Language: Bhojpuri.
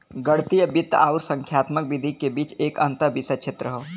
गणितीय वित्त आउर संख्यात्मक विधि के बीच एक अंतःविषय क्षेत्र हौ